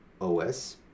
OS